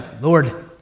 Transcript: Lord